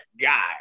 guy